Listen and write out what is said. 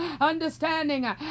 understanding